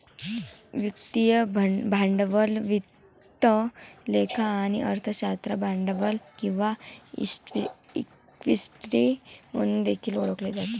वित्तीय भांडवल वित्त लेखा आणि अर्थशास्त्रात भांडवल किंवा इक्विटी म्हणून देखील ओळखले जाते